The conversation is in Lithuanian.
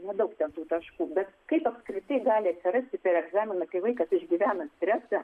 nedaug ten tų taškų bet kaip apskritai gali atsirasti per egzaminą kai vaikas išgyvena stresą